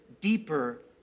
deeper